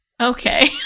Okay